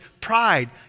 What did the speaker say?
pride